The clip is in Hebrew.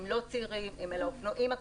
הם לא צעירים, הם על האופנועים הכבדים,